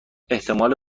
احتمال